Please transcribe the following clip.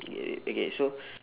K okay so